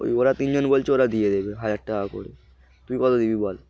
ওই ওরা তিনজন বলছে ওরা দিয়ে দেবে হাজার টাকা করে তুই কত দিবি বল